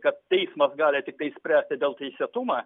kad teismas gali tiktai išspręsti dėl teisėtumą